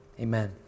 Amen